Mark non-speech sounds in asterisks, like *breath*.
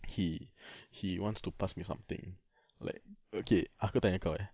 he *breath* he wants to pass me something like okay aku tanya kau eh